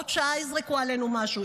עוד שעה יזרקו עלינו משהו,